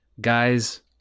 guys